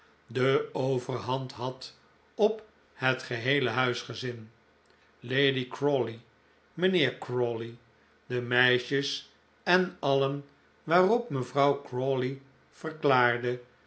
de overhand had op het geheele huisgezin lady crawley mijnheer crawley de meisjes en alien waarop mevrouw crawley verklaarde